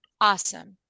Awesome